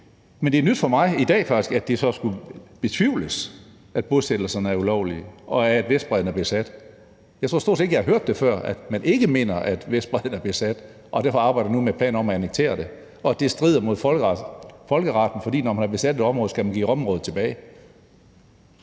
Men det er faktisk nyt for mig i dag, at det skulle betvivles, at bosættelserne er ulovlige, og at Vestbredden er besat. Jeg tror stort set ikke, jeg har hørt før, at man ikke mener, at Vestbredden er besat og der derfor nu arbejdes med planer om at annektere området; at det strider mod folkeretten, fordi et land, der har besat et område, skal give det tilbage.